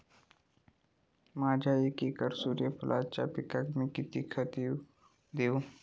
माझ्या एक एकर सूर्यफुलाच्या पिकाक मी किती खत देवू?